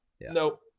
no